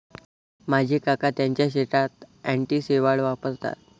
माझे काका त्यांच्या शेतात अँटी शेवाळ वापरतात